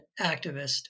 activist